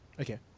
Okay